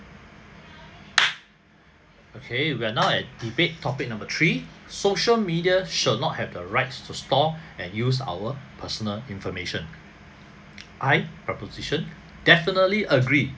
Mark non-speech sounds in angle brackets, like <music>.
<noise> okay we're now at debate topic number three social media should not have the rights to store and use our personal information I proposition definitely agree